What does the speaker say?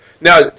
Now